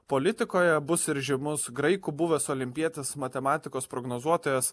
politikoje bus ir žymus graikų buvęs olimpietis matematikos prognozuotojas